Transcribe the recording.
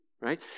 right